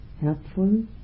Helpful